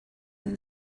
and